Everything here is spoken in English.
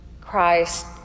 Christ